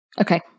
Okay